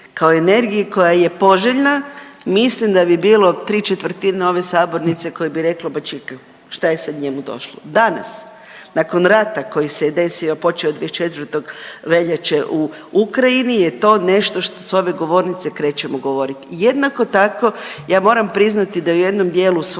kao energiji koja je poželjna mislim da bi bilo tri četvrtine ove sabornice koje bi rekle pa čekaj šta je sad njemu došlo. Danas nakon rata koji se je desio počeo 24. veljače u Ukrajini je to nešto što s ove govornice krećemo govorit. Jednako tako ja moram priznati da u jednom dijelu svog